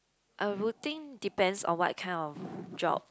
I would think depends on what kind of job